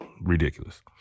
Ridiculous